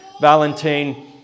Valentine